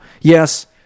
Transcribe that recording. yes